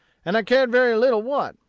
and i cared very little what,